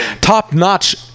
top-notch